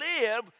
live